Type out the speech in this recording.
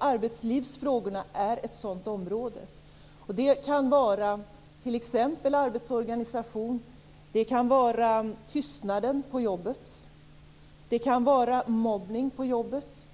Arbetslivsfrågorna är ett sådant område. Det kan t.ex. handla om arbetsorganisation, tystnad på jobbet, mobbning på jobbet.